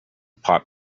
pop